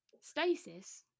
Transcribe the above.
Stasis